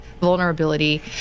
vulnerability